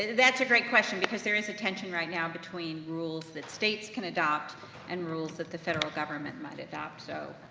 that's a great question because there is a tension right now between rules that states can adopt and rules that the federal government might adopt. so,